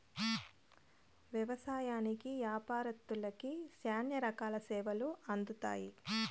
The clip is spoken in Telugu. వ్యవసాయంకి యాపారత్తులకి శ్యానా రకాల సేవలు అందుతాయి